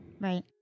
Right